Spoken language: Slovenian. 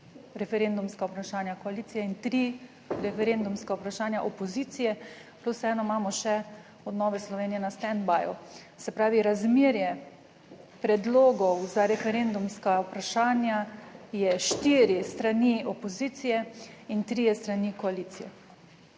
referendumska vprašanja koalicije in tri referendumska vprašanja opozicije, plus eno imamo še od Nove Slovenije na »standbyju«. Se pravi, razmerje predlogov za referendumska vprašanja je 4 s strani opozicije in 3 s strani koalicije.